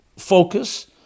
Focus